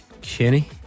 Kenny